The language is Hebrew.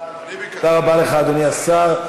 אדוני השר.